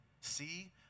See